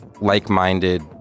like-minded